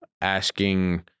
asking